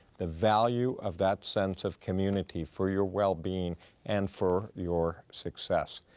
the value of that sense of community for your wellbeing and for your success.